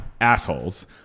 assholes